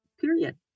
period